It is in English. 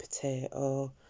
potato